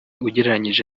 ugereranije